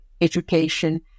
education